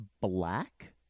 Black